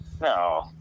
No